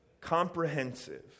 comprehensive